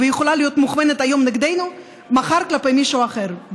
והיא יכולה להיות מכוונת היום נגדנו ומחר כלפי מישהו אחר.